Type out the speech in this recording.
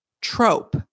trope